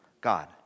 God